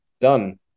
done